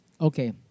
Okay